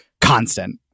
constant